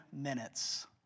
minutes